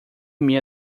meia